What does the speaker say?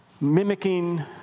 mimicking